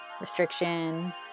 restriction